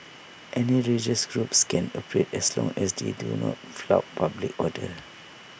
any religious groups can operate as long as they do not flout public order